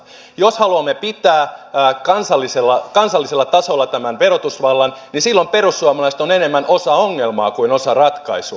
jos haluamme pitää kansallisella tasolla tämän verotusvallan niin silloin perussuomalaiset ovat enemmän osa ongelmaa kuin osa ratkaisua